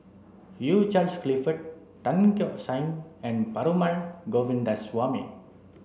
Hugh Charles Clifford Tan Keong Saik and Perumal Govindaswamy